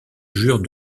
jure